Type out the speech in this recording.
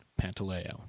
Pantaleo